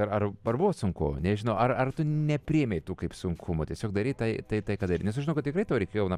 ar ar ar buvo sunku nežinau ar ar tu nepriėmei tų kaip sunkumų tiesiog darei tai tai ką darei ir nes aš žinau kad tikrai tau reikėjo na